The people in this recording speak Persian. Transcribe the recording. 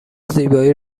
زیبایی